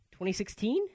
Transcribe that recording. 2016